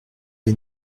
les